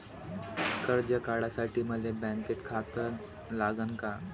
कर्ज काढासाठी मले बँकेत खातं लागन का?